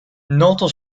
noto